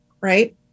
right